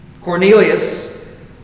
Cornelius